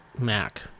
Mac